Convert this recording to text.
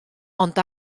ond